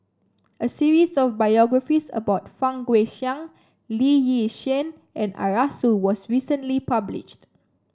a series of biographies about Fang Guixiang Lee Yi Shyan and Arasu was recently published